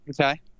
Okay